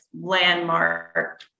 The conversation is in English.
landmark